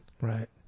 Right